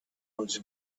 was